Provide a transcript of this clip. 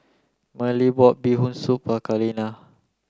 Merle bought bee hoon soup for Kaleena